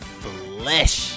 flesh